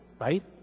Right